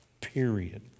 Period